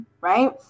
right